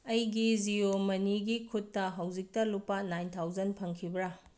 ꯑꯩꯒꯤ ꯖꯤꯌꯣ ꯃꯅꯤꯒꯤ ꯈꯨꯠꯇ ꯍꯧꯖꯤꯛꯇ ꯂꯨꯄꯥ ꯅꯥꯏꯟ ꯊꯥꯎꯖꯟ ꯐꯪꯈꯤꯕ꯭ꯔ